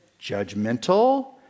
judgmental